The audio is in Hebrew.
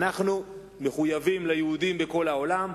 אנחנו מחויבים ליהודים בכל העולם.